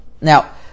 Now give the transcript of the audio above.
Now